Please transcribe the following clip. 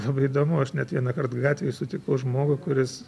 labai įdomu aš net vienąkart gatvėj sutikau žmogų kuris